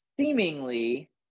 seemingly